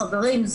חברים,